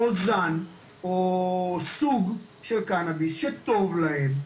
הזן או סוג של קנאביס רפואי שטוב להם,